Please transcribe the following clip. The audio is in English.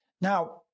now